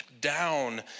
down